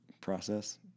process